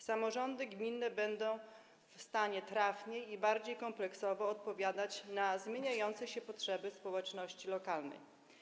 Samorządy gminne będą w stanie trafniej i w sposób bardziej kompleksowy odpowiadać na zmieniające się potrzeby społeczności lokalnych.